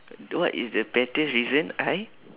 what is the pettiest reason I